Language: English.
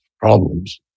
problems